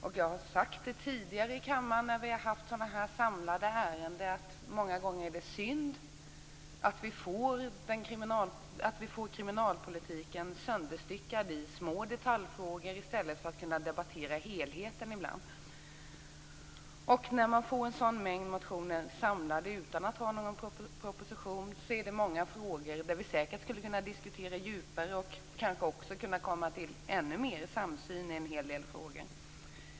Tidigare har jag här i kammaren när vi haft sådana här samlade ärenden sagt att det många gånger är synd att vi får kriminalpolitiken sönderstyckad i små detaljfrågor i stället för att vi har möjlighet att debattera helheten. När man får en sådan här mängd motioner samlade utan att det finns en proposition är det säkert många frågor som vi skulle kunna diskutera djupare. Kanske skulle vi också kunna komma till en ännu större samsyn i en hel del frågor.